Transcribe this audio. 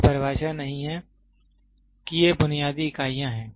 यह परिभाषा नहीं है ये बुनियादी इकाइयां हैं